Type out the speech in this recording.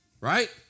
right